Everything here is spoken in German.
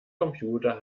computer